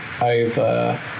over